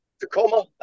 Tacoma